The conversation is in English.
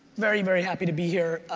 very, very happy to be here.